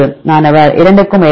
மாணவர் 2 க்கும் மேற்பட்ட